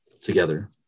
together